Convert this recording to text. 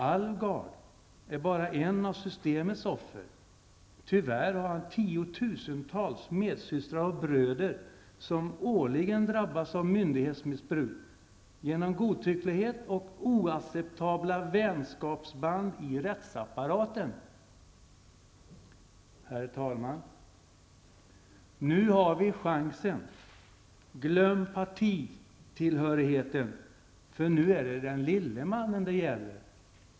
Alvgard är bara en av systemets offer. Tyvärr har tiotusentals medsystrar och medbröder årligen drabbats av myndighetsmissbruk på grund av godtycklighet och oacceptabla vänskapsband i rättsapparaten. Herr talman! Nu har vi chansen. Glöm partitillhörigheten. Nu gäller det den lille mannen.